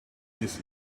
this